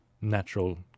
natural